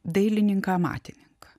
dailininką amatininką